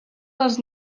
dels